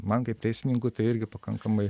man kaip teisininkui tai irgi pakankamai